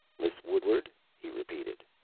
miss woodward, he repeated,